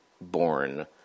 born